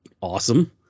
awesome